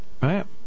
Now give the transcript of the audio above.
right